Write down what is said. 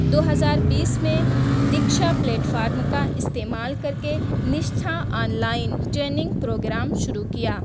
دو ہزار بیس میں دکشا پلیٹفارم کا استعمال کر کے Nishtha online training program شروع کیا